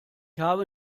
habe